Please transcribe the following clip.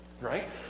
right